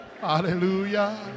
hallelujah